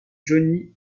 johnny